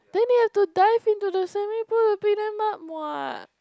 then they have to dive into the swimming pool to pick them up [what]